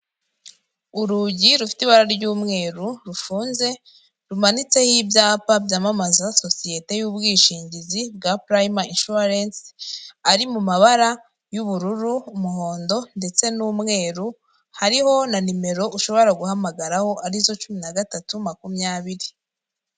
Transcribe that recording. Urugi rufite ibara ry'umweru rufunze rumanitseho ibyapa byamamaza sosiyete y'ubwishingizi bwa purayime incuwarense ari mu mabara y'ubururu umuhondo ndetse n'umweru hariho na nimero ushobora guhamagaraho arizo cumi na gatatu makumyabiri.